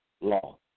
law